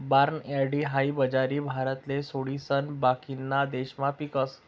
barnyard हाई बाजरी भारतले सोडिसन बाकीना देशमा पीकस